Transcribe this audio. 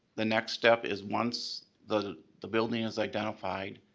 the next step is once the the building is identified,